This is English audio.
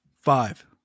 Five